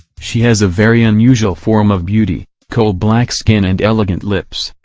she has a very unusual form of beauty coal-black skin and elegant lips,